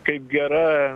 kaip gera